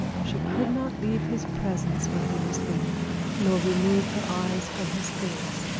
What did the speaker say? she could not leave his presence when he was there, nor remove her eyes from his face,